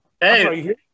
hey